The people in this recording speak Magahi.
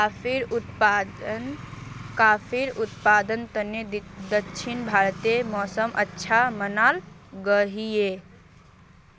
काफिर उत्पादनेर तने दक्षिण भारतेर मौसम अच्छा मनाल गहिये